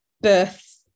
birth